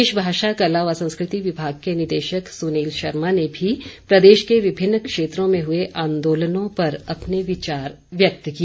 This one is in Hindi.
प्रदेश भाषा कला व संस्कृति विभाग के निदेशक सुनील शर्मा ने भी प्रदेश के विभिन्न क्षेत्रों में हुए आंदोलनों पर अपने विचार व्यक्त किए